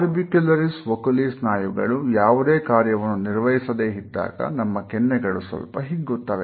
orbicularis oculi ಸ್ನಾಯುಗಳು ಯಾವುದೇ ಕಾರ್ಯವನ್ನು ನಿರ್ವಹಿಸದೆ ಇದ್ದಾಗ ನಮ್ಮ ಕೆನ್ನೆಗಳು ಸ್ವಲ್ಪ ಹಿಗ್ಗುತ್ತವೆ